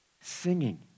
Singing